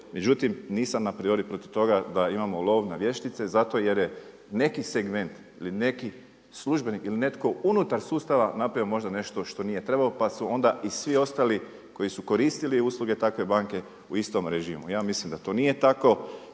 Međutim, nisam a priori protiv toga da imamo lov na vještice zato jer je neki segment ili neki službenik ili netko unutar sustava napravio možda nešto što nije trebao pa su onda i svi ostali koji su koristili usluge takve banke u istom režimu. Ja mislim da to nije tako